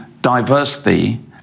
diversity